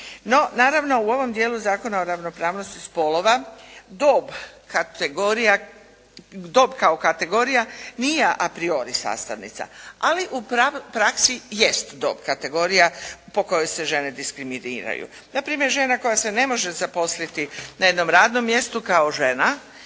No, naravno u ovom dijelu Zakona o ravnopravnosti spolova dob kao kategorija nije apriori sastavnica. Ali u praksi jest dob kategorija po kojoj se žene diskriminiraju. Na primjer žena koja se ne može zaposliti na jednom radnom mjestu kao žena